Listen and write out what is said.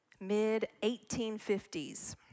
mid-1850s